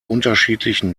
unterschiedlichen